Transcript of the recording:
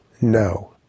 No